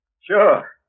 Sure